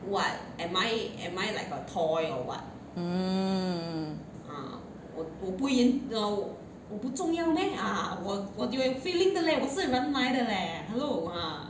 mm